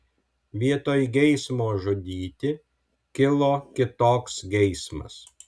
vietoj geismo žudyti kilo kitoks geismas